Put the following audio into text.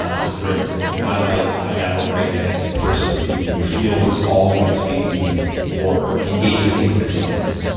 ah so for instance, in my life, i have a right-hand person who fields all of my speaking or engagement inquiries like this.